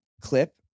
clip